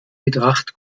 betracht